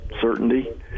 certainty